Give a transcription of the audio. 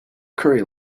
curry